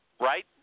Right